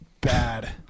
Bad